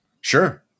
Sure